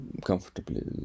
comfortably